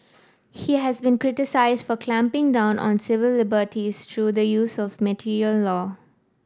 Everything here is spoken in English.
he has been criticised for clamping down on civil liberties through the use of martial law